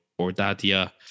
Ordadia